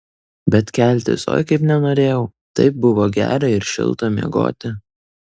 bet keltis oi kaip nenorėjau taip buvo gera ir šilta miegoti